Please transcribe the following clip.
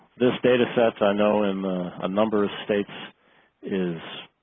this data sets i know in a number of states is